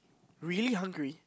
really hungry